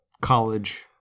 college